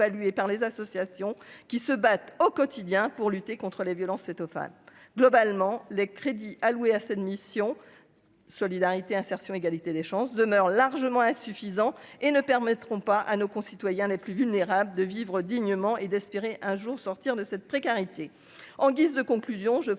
par les associations qui se battent au quotidien pour lutter contre les violences faites aux femmes, globalement, les crédits alloués à cette mission Solidarité, insertion, égalité des chances demeurent largement insuffisants et ne permettront pas à nos concitoyens les plus vulnérables de vivre dignement et d'espérer un jour sortir de cette précarité en guise de conclusion je vous